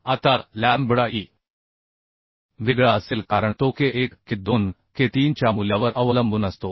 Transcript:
आता लॅम्बडा ई वेगळा असेल कारण तो K 1 K 2 K 3 च्या मूल्यावर अवलंबून असतो